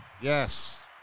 Yes